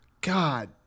God